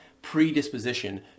predisposition